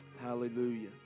hallelujah